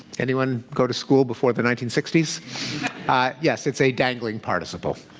anyone go to school before the nineteen sixty yes. it's a dangling participle.